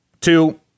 Two